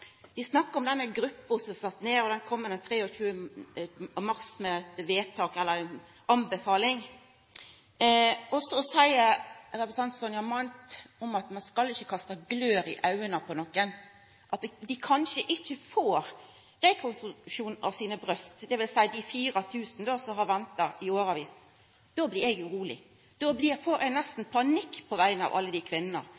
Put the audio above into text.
ein snakkar om denne gruppa som er sett ned, og ho kjem den 23. mars med ei anbefaling. Så seier representanten Sonja Mandt at ein ikkje skal kaste blår i augo på nokon – at dei kanskje ikkje får rekonstruksjon av sine bryst, dvs. dei 4 000 som har venta i årevis. Då blir eg uroleg, då får